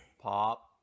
Pop